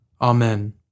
Amen